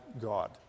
God